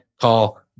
call